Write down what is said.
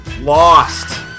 lost